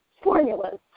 formulas